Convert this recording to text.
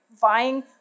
vying